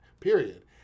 Period